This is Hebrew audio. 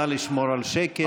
נא לשמור על שקט.